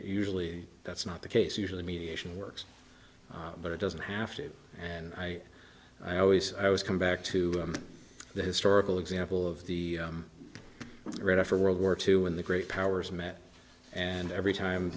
usually that's not the case usually mediation works but it doesn't have to and i i always i always come back to the historical example of the right after world war two when the great powers met and every